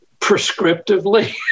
prescriptively